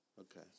Okay